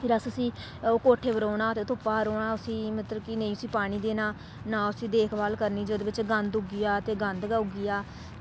फ्हिर अस उस्सी ओह् कोठे पर रौह्ना ते धुप्पा रौह्ना उस्सी मतलब कि नेईं उस्सी पानी देना ना उस्सी देख भाल करनी जे ओह्दे बिच्च गंद उग्गी जाऽ ते गंद गै उग्गी जाऽ